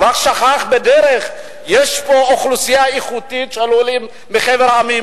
הוא רק שכח בדרך שיש פה אוכלוסייה איכותית של עולים מחבר העמים.